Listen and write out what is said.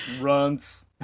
Runts